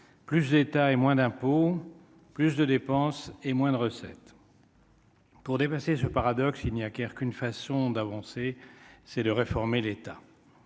plus d'État et moins d'impôts, plus de dépenses et moins de recettes. Pour dépasser ce paradoxe, il n'y a guère qu'une façon d'avancer, c'est de réformer l'État,